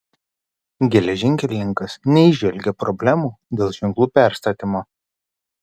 geležinkelininkas neįžvelgė problemų dėl ženklų perstatymo